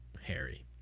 Harry